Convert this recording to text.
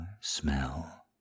smell